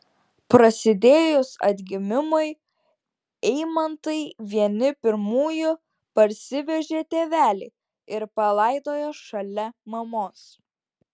prasidėjus atgimimui eimantai vieni pirmųjų parsivežė tėvelį ir palaidojo šalia mamos